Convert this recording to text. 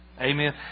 Amen